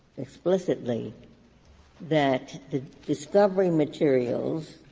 explicitly that the discovery materials,